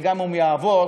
וגם אם הוא יעבור,